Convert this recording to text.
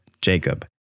Jacob